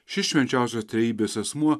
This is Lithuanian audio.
šis švenčiausios trejybės asmuo